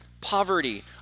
poverty